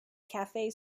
cafe